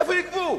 מאיפה יגבו?